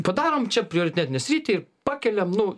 padarom čia prioritetinę sritį pakeliam nu